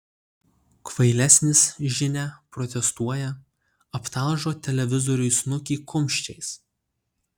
kvailesnis žinia protestuoja aptalžo televizoriui snukį kumščiais